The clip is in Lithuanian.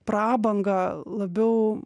prabangą labiau